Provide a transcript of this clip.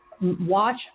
watch